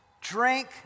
drink